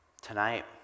tonight